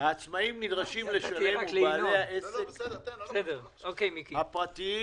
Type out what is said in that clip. העצמאים ובעלי העסק הפרטיים